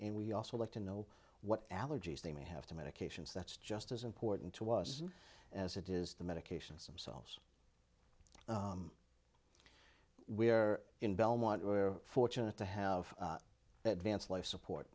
and we also like to know what allergies they may have to medications that's just as important to us as it is the medication seems we are in belmont we're fortunate to have advanced life support